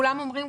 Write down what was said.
כולם אומרים,